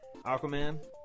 Aquaman